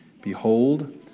Behold